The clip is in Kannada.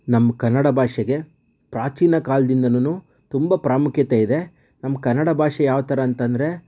ನಮ್ಮ ಕನ್ನಡ ಭಾಷೆಗೆ ಪ್ರಾಚೀನ ಕಾಲ್ದಿಂದನು ತುಂಬ ಪ್ರಾಮುಖ್ಯತೆ ಇದೆ ನಮ್ಮ ಕನ್ನಡ ಭಾಷೆ ಯಾವಥರ ಅಂತಂದರೆ